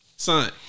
Son